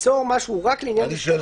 ליצור משהו רק לעניין מסוים